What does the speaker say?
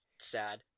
sad